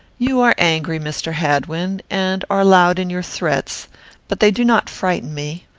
you are angry, mr. hadwin, and are loud in your threats but they do not frighten me.